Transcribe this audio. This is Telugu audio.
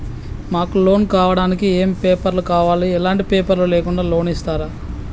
మాకు లోన్ కావడానికి ఏమేం పేపర్లు కావాలి ఎలాంటి పేపర్లు లేకుండా లోన్ ఇస్తరా?